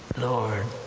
lord,